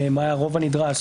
מה הרוב הנדרש.